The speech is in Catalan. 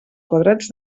quadrats